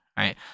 right